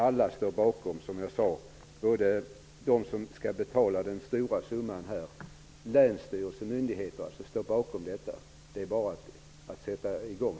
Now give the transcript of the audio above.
Alla står som jag sade bakom. De som skall betala den stora summan, dvs. länsstyrelser och andra myndigheter, står bakom. Det är bara att sätta i gång.